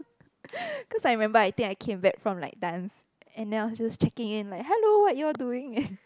cause I remember I think I came back from like dance and I was just checking in like hello what you all doing